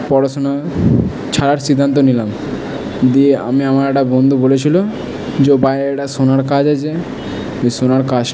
পড়াশোনা ছাড়ার সিদ্ধান্ত নিলাম দিয়ে আমি আমার একটা বন্ধু বলেছিলো কাজ আছে সোনার কাজটা